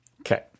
Okay